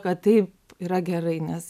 kad tai yra gerai nes